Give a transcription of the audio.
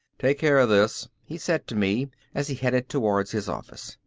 take care of this, he said to me as he headed towards his office.